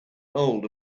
old